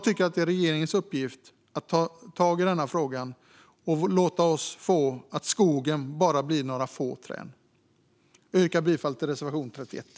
Det är regeringens uppgift att ta tag i denna fråga och låta skogen bli bara några få trän. Jag yrkar bifall till reservation 31.